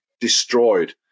destroyed